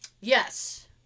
Yes